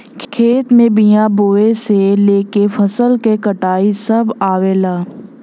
खेत में बिया बोये से लेके फसल क कटाई सभ आवेला